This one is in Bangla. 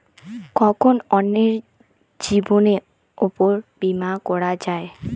কখন অন্যের জীবনের উপর বীমা করা যায়?